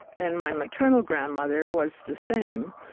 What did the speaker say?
and my maternal grandmother was the same.